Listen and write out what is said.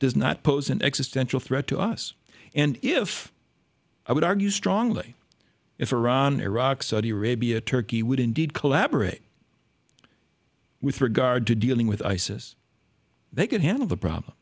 does not pose an existential threat to us and if i would argue strongly if iran iraq saudi arabia turkey would indeed collaborate with regard to dealing with isis they could have a problem